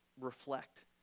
reflect